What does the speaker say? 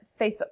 Facebook